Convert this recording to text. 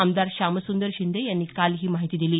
आमदार श्यामसुंदर शिंदे यांनी काल ही माहिती दिली